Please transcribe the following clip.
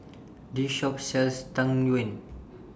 This Shop sells Tang Yuen